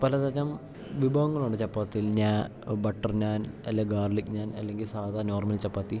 പലതരം വിഭവങ്ങളുണ്ട് ചപ്പാത്തിൽ ഞാൻ ബട്ടർ നാൻ അല്ലേൽ ഗാർലിക് നാൻ അല്ലെങ്കിൽ സാധാ നോർമൽ ചപ്പാത്തി